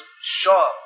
sure